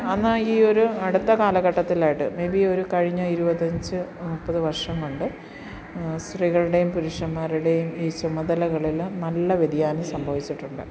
അന്ന് ഈ ഒരു അടുത്ത കാലഘട്ടത്തിലായിട്ട് മേബി ഒരു കഴിഞ്ഞ ഇരുപത്തി അഞ്ച് മുപ്പത് വർഷംകൊണ്ട് സ്ത്രീകളുടെയും പുരുഷന്മാരുടെയും ഈ ചുമതലകളിൽ നല്ല വ്യതിയാനം സംഭവിച്ചിട്ടുണ്ട്